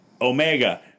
Omega